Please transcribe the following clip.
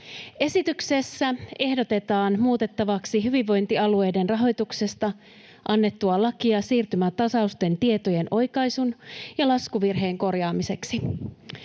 Esityksessä ehdotetaan muutettavaksi hyvinvointialueiden rahoituksesta annettua lakia siirtymätasausten tietojen oikaisun ja laskuvirheen korjaamiseksi.